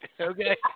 Okay